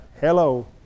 hello